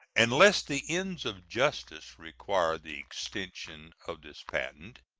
unless the ends of justice require the extension of this patent,